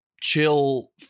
chill